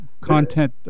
content